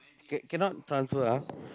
can~ cannot transfer ah